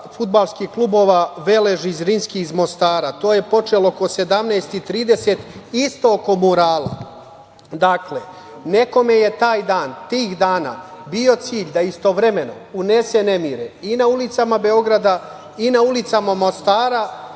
fudbalskih klubova, „Velež“ i „Zrinjski“ iz Mostara, to je počelo oko 17.30 časova, isto oko murala. Dakle, nekome je taj dan, tih dana, bio cilj da istovremeno unese nemire i na ulicama Beograda, i na ulicama Mostara,